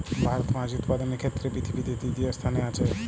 ভারত মাছ উৎপাদনের ক্ষেত্রে পৃথিবীতে তৃতীয় স্থানে আছে